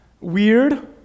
Weird